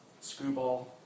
Screwball